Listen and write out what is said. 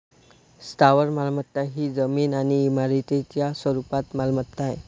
स्थावर मालमत्ता ही जमीन आणि इमारतींच्या स्वरूपात मालमत्ता आहे